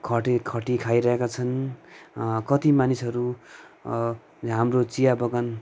खटीखटी खाइरहेका छन् कति मानिसहरू हाम्रो चियाबगान